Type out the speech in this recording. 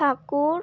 ঠাকুর